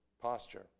posture